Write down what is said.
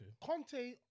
Conte